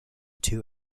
two